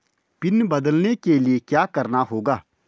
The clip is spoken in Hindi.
पिन बदलने के लिए क्या करना होगा?